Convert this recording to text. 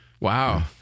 Wow